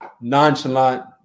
nonchalant